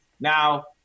Now